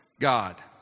God